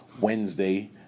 wednesday